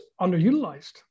underutilized